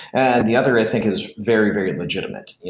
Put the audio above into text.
and the other i think is very, very legitimate.